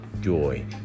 joy